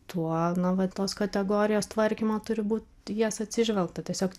tuo nu va tos kategorijos tvarkymo turi būt į jas atsižvelgta tiesiog